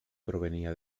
provenía